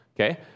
Okay